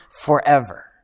forever